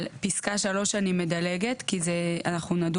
על פסקה (3) אני מדלגת כי אנחנו נדון